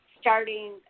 Starting